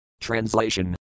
Translation